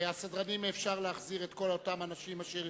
הסדרנים, אפשר להחזיר את כל אותם אנשים אשר